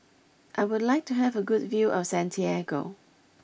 I would like to have a good view of Santiago